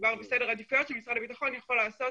מדובר בסדר עדיפויות שמשרד הביטחון יכול לעשות